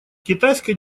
китайская